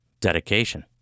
dedication